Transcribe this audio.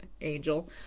Angel